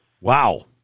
Wow